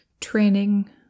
training